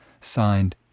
Signed